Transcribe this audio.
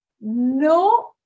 No